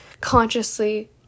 consciously